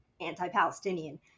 anti-Palestinian